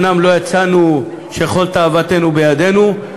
אומנם לא יצאנו כשכל תאוותנו בידנו,